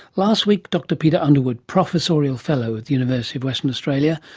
last week dr peter underwood, professorial fellow at the university of western australia,